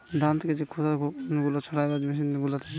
ধান থেকে যে খোসা গুলা ছাড়াবার মেসিন গুলা থাকে